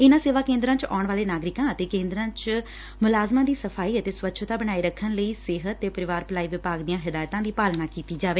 ਇਨ੍ਹਾਂ ਸੇਵਾ ਕੇਦਰਾਂ ਚ ਆਉਣ ਵਾਲੇ ਨਾਗਰਿਕਾ ਅਤੇ ਕੇਦਰਾ ਚ ਮੁਲਾਜ਼ਮਾ ਦੀ ਸਫ਼ਾਈ ਅਤੇ ਸਵੱਛਤਾ ਬਣਾਏ ਰੱਖਣ ਲਈ ਸਿਹਤ ਤੇ ਪਰਿਵਾਰ ਭਲਾਈ ਵਿਭਾਗ ਦੀਆਂ ਹਿਦਾਇਤਾਂ ਦੀ ਪਾਲਣਾ ਕੀਤੀ ਜਾਵੇ